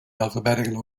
alphabetical